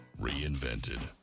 Reinvented